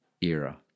era